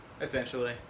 essentially